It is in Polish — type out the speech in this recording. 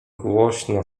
głośno